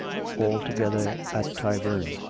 all together at tyburn,